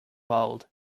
old